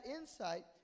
insight